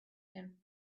him